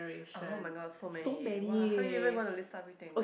oh-my-god so many !wah! how are even gonna list out everything